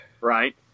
right